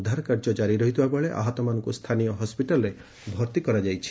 ଉଦ୍ଧାର କାର୍ଯ୍ୟ ଜାରି ରହିଥିବା ବେଳେ ଆହତମାନଙ୍କୁ ସ୍ଥାନୀୟ ହସ୍କିଟାଲ୍ରେ ଭର୍ତ୍ତି କରାଯାଇଛି